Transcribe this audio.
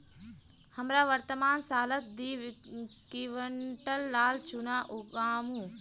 हमरा वर्तमान सालत दी क्विंटल लाल चना उगामु